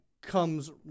comes